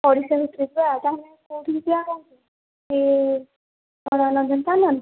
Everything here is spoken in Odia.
ଓଡ଼ିଶା ଭିତରେ ତା'ହେଲେ କେଉଁଠିକି ଯିବା କହୁଛୁ ସେ ନନ୍ଦନକାନନ